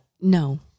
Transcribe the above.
No